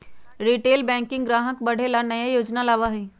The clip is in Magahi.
रिटेल बैंकिंग ग्राहक के बढ़े ला नया योजना लावा हई